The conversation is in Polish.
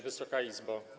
Wysoka Izbo!